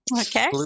Okay